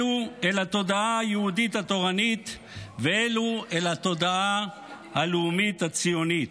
אלו אל התודעה היהודית התורנית ואלו אל התודעה הלאומית הציונית,